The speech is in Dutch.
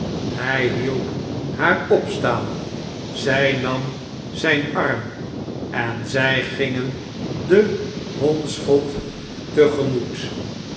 hij hielp haar opstaan zij nam zijn arm en zij gingen den hondsvot